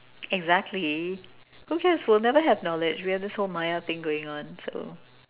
exactly who cares we will never have knowledge we have this whole going on so